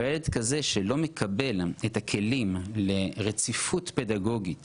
ילד כזה שלא מקבל את הכלים לרציפות פדגוגית